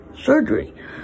surgery